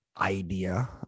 idea